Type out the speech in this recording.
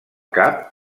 cap